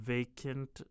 Vacant